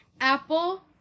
Apple